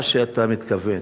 מה שאתה מתכוון